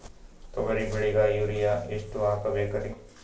ತೊಗರಿ ಬೆಳಿಗ ಯೂರಿಯಎಷ್ಟು ಹಾಕಬೇಕರಿ?